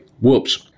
Whoops